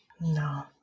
No